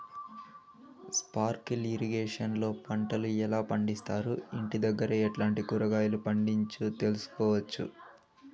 Sprinkle irrigation లో పంటలు ఎలా పండిస్తారు, ఇంటి దగ్గరే ఎట్లాంటి కూరగాయలు పండించు తెలుసుకోవచ్చు?